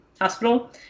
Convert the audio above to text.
hospital